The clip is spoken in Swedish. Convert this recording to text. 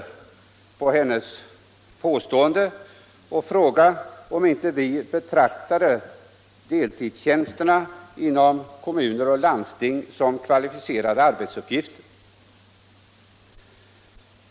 Hon frågade, om inte moderata samlingspartiet betraktade deltidstjänsterna inom kommuner och landsting som kvalificerade arbetsuppgifter.